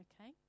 Okay